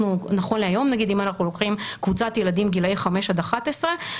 נכון להיום אם אנחנו לוקחים קבוצת ילדים גילאי 5 עד 11,